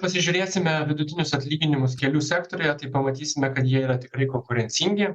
pasižiūrėsime vidutinius atlyginimus kelių sektoriuje tai pamatysime kad jie yra tikrai konkurencingi